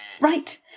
Right